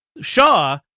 Shaw